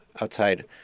outside